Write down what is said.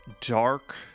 dark